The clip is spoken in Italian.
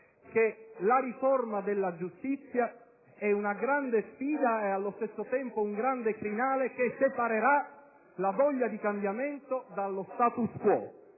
che la riforma della giustizia sia una grande sfida e allo stesso tempo un grande crinale che separerà la voglia di cambiamento dallo *status quo*.